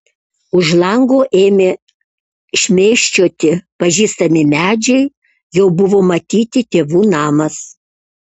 už lango ėmė šmėsčioti pažįstami medžiai jau buvo matyti tėvų namas